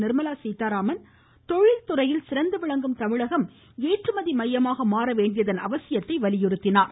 நிர்மலா சீதாராமன் தொழில்துறையில் சிறந்து விளங்கும் தமிழகம் ஏற்றுமதி மையமாக மாற வேண்டியதன் அவசியத்தை வலியுறுத்தினார்